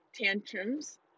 tantrums